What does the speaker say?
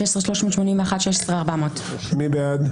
16,161 עד 16,180. מי בעד?